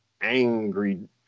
angry